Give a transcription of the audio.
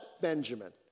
Benjamin